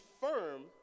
firm